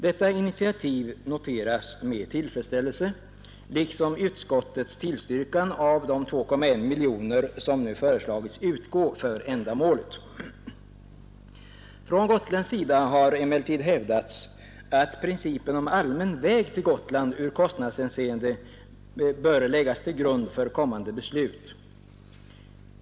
Detta initiativ noteras med tillfredsställelse, liksom utskottets tillstyrkande av de 2,1 miljoner som nu föreslagits utgå för ändamålet. Från gotländsk sida har emllertid hävdats att principen om allmän väg till Gotland ur kostnadshänseende bör läggas till grund för kommande beslut.